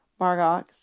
Margox